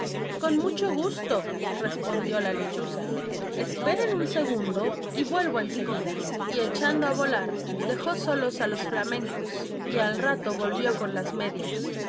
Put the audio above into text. con mucho gusto respondió la lechuza esperen un segundo y vuelvo en seguida y echando a volar dejó solos a los flamencos y al rato volvió con las medias